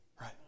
Right